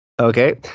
Okay